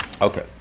Okay